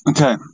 Okay